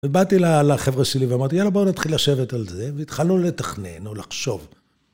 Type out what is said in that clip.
אז באתי לחבר'ה שלי ואמרתי יאללה בואו נתחיל לשבת על זה והתחלנו לתכנן או לחשוב.